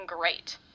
great